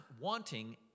wanting